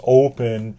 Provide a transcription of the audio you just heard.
open